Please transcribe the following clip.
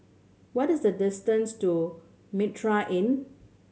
what is the distance to Mitraa Inn